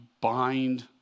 bind